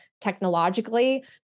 technologically